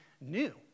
new